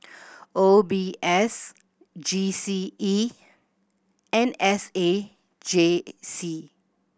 O B S G C E and S A J C